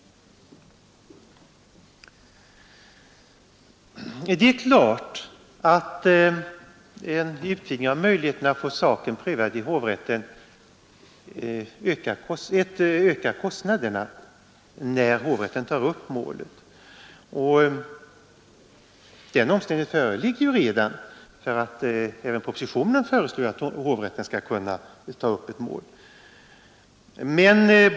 Det är klart att en utvidgning av möjligheterna att få saken prövad i hovrätten ökar kostnaderna när hovrätten tar upp målet. Den omständigheten föreligger dock redan, eftersom även propositionen föreslår att hovrätten skall kunna ta upp ett mål.